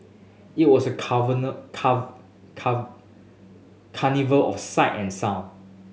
it was a car vernal carnival of sight and sound